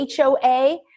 HOA